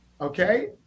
okay